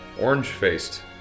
orange-faced